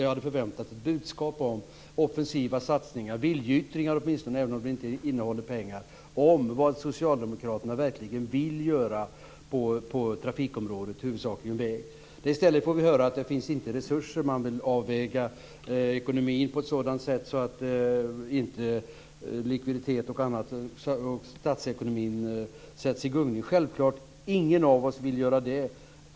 Jag hade väntat mig ett budskap om offensiva satsningar, eller åtminstone viljeyttringar - även om det inte innehåller några pengar - om vad socialdemokraterna vill göra på trafikområdet, huvudsakligen beträffande vägarna. I stället får vi höra att det inte finns resurser, att man vill avväga ekonomin på ett sådant sätt att inte bl.a. likviditet och statsekonomi sätts i gungning. Självklart vill ingen av oss det.